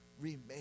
remain